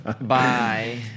bye